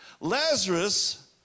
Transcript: Lazarus